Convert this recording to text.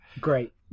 Great